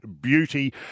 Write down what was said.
beauty